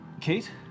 Kate